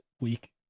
week